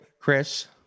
Chris